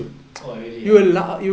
oh really ah